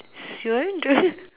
sure